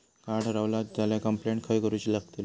Card हरवला झाल्या complaint खय करूची लागतली?